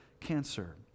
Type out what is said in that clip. cancer